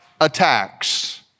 attacks